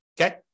okay